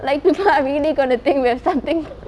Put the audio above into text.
like people are really going to think we are something